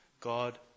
God